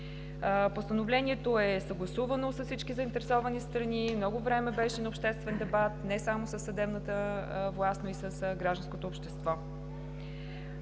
Постановлението е съгласувано с всички заинтересовани страни, много време беше на обществен дебат не само със съдебната власт, но и с гражданското общество.